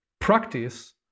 practice